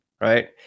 right